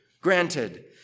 granted